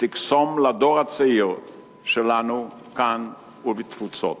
שתקסום לדור הצעיר שלנו כאן ובתפוצות.